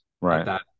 right